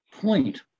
point